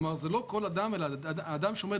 כלומר זה לא כל אדם אלא האדם שעומד